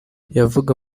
yavaga